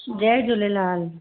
Jay Jhulelal